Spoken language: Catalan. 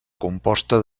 composta